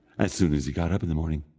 as soon as he got up in the morning,